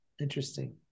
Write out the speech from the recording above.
Interesting